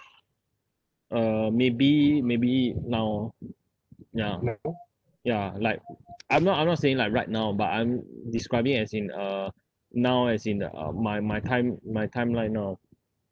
uh maybe maybe now now ya like I'm not I'm not saying like right now but I'm describing as in uh now as in the uh my my time my time like now